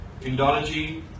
Indology